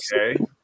okay